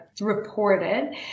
reported